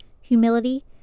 humility